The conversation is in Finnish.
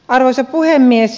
arvoisa puhemies